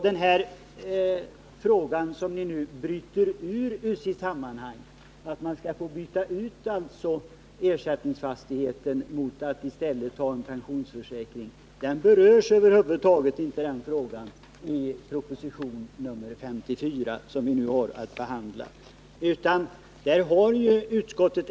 Den fråga som ni bryter ut ur sitt sammanhang — att man skall få byta ut ersättningsfastigheten mot att i stället ta en pensionsförsäkring — berörs över huvud taget inte i propositionen 54, som vi nu har att behandla.